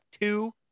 two